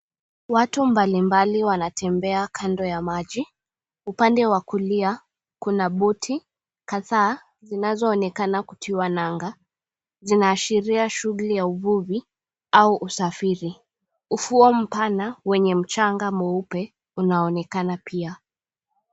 Watu mbalimbali wanatembea kando ya maji, upande wa kulia kuna boti kadhaa zinazoonekana kutiwa nanga, zinaashiria shughuli ya uvuvi au usafiri. Ufuo mpana wenye mchanga mweupe unaonekana pia.